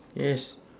yes